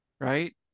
Right